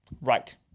Right